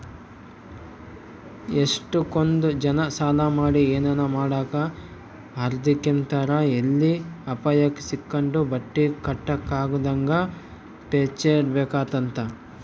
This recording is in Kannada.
ಎಷ್ಟಕೊಂದ್ ಜನ ಸಾಲ ಮಾಡಿ ಏನನ ಮಾಡಾಕ ಹದಿರ್ಕೆಂಬ್ತಾರ ಎಲ್ಲಿ ಅಪಾಯುಕ್ ಸಿಕ್ಕಂಡು ಬಟ್ಟಿ ಕಟ್ಟಕಾಗುದಂಗ ಪೇಚಾಡ್ಬೇಕಾತ್ತಂತ